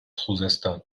خوزستان